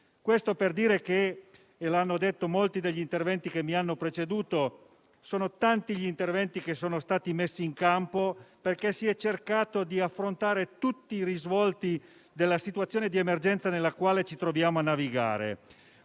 vivendo. Come già è stato detto da molti dei colleghi che mi hanno preceduto, sono tanti gli interventi messi in campo, perché si è cercato di affrontare tutti i risvolti della situazione di emergenza nella quale ci troviamo a navigare.